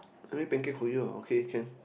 I make pancake for you ah okay can